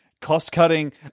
cost-cutting